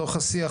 בתוך השיח,